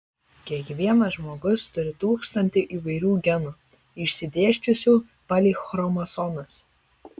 kiekvienas žmogus turi tūkstantį įvairių genų išsidėsčiusių palei chromosomas